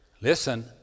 Listen